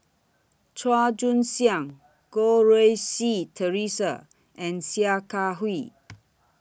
Chua Joon Siang Goh Rui Si Theresa and Sia Kah Hui